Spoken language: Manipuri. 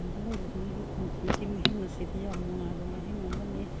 ꯄꯥꯝꯗ ꯂꯩꯕ ꯃꯤꯒꯤ ꯄꯨꯟꯁꯤꯒꯤ ꯃꯍꯤꯡ ꯑꯁꯤꯗꯤ ꯌꯥꯝ ꯅꯨꯡꯉꯥꯏꯕ ꯃꯍꯤꯡ ꯑꯃꯅꯤ